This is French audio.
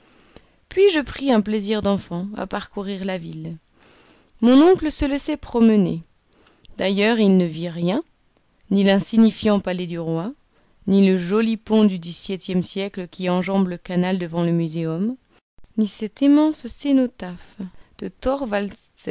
puis je pris un plaisir d'enfant à parcourir la ville mon oncle se laissait promener d'ailleurs il ne vit rien ni l'insignifiant palais du roi ni le joli pont du dix-septième siècle qui enjambe le canal devant le muséum ni cet immense cénotaphe de torwaldsen orné